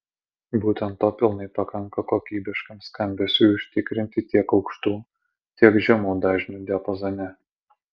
būtent to pilnai pakanka kokybiškam skambesiui užtikrinti tiek aukštų tiek žemų dažnių diapazone